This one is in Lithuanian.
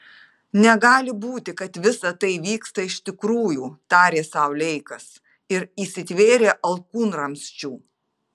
negali būti kad visa tai vyksta iš tikrųjų tarė sau leikas ir įsitvėrė alkūnramsčių